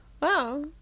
Wow